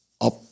up